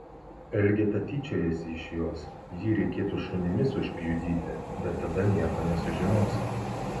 elgeta tyčiojasi iš jos jį reikėtų šunimis užpjudyti bet tada nieko nesužinosi